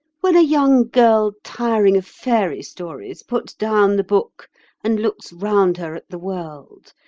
when a young girl tiring of fairy stories puts down the book and looks round her at the world,